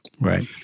Right